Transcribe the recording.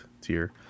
tier